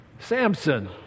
Samson